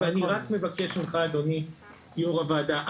ואני רק מבקש ממך אדוני יו"ר הוועדה,